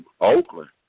Oakland